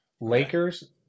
Lakers